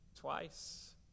twice